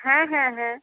হ্যাঁ হ্যাঁ হ্যাঁ